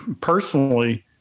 Personally